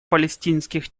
палестинских